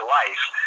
life